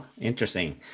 interesting